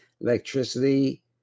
electricity